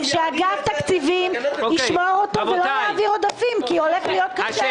שאגף תקציבים ישמור אותו ולא יעביר עודפים --- אורית,